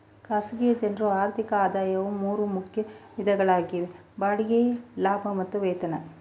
ಖಾಸಗಿ ಜನ್ರು ಆರ್ಥಿಕ ಆದಾಯವು ಮೂರು ಮುಖ್ಯ ವಿಧಗಳಾಗಿವೆ ಬಾಡಿಗೆ ಲಾಭ ಮತ್ತು ವೇತನ